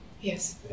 Yes